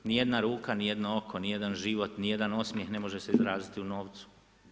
Ni jedna ruka, ni jedno oko, ni jedan život, ni jedan osmjeh ne može se izraziti u novcu.